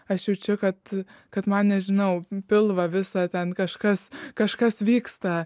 aš jaučiu kad kad man nežinau pilvą visą ten kažkas kažkas vyksta